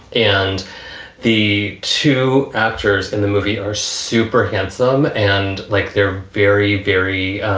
and the two actors in the movie are super handsome. and like, they're very, very.